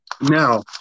Now